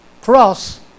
cross